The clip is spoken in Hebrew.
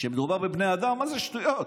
כשמדובר בבני אדם, אז זה שטויות.